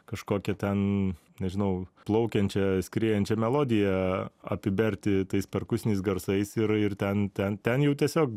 kažkokią ten nežinau plaukiančią skriejančią melodiją apiberti tais perkusinis garsais ir ir ten ten ten jau tiesiog